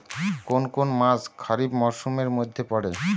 কোন কোন মাস খরিফ মরসুমের মধ্যে পড়ে?